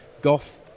Goff